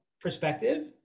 perspective